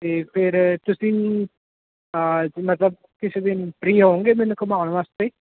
ਅਤੇ ਫਿਰ ਤੁਸੀਂ ਮਤਲਬ ਕਿਸੇ ਦਿਨ ਫਰੀ ਹੋਵੋਂਗੇ ਮੈਨੂੰ ਘੁੰਮਾਉਣ ਵਾਸਤੇ